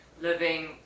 living